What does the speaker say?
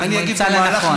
אם הוא ימצא לנכון.